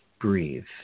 Breathe